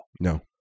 no